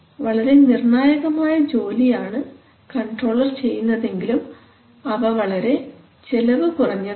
വളരെ നിർണായകമായ ജോലിയാണ് കൺട്രോളർ ചെയ്യുന്നതെങ്കിലും അവ വളരെ ചെലവ് കുറഞ്ഞതാണ്